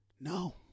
No